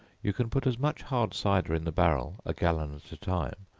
you can put as much hard cider in the barrel, a gallon at a time,